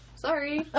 sorry